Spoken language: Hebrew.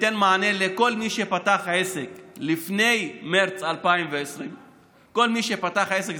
תיתן מענה לכל מי שפתח עסק לפני מרץ 2020. כל מי שפתח עסק,